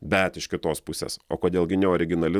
bet iš kitos pusės o kodėl gi ne originali